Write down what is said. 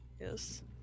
Yes